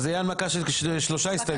אז זה יהיה הנמקה של שלוש הסתייגויות.